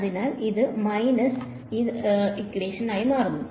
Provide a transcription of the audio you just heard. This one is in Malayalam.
അതിനാൽ ഇത് മൈനസ് ആയി മാറുന്നു